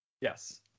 Yes